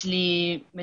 יש לי מטופל